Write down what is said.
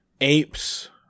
apes